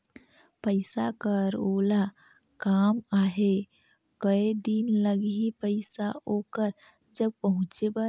पइसा कर ओला काम आहे कये दिन लगही पइसा ओकर जग पहुंचे बर?